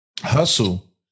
hustle